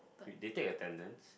we they take attendance